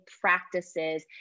practices